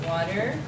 water